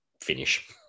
finish